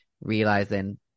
realizing